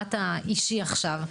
במבט האישי עכשיו,